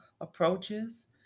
approaches